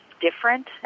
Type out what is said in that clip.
different